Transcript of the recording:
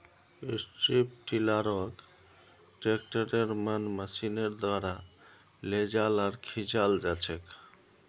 strip टीलारक ट्रैक्टरेर मन मशीनेर द्वारा लेजाल आर खींचाल जाछेक